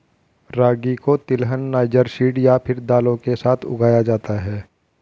रागी को तिलहन, niger seed या फिर दालों के साथ उगाया जाता है